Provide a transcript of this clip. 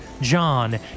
John